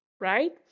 right